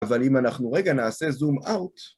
אבל אם אנחנו רגע נעשה זום-אאוט...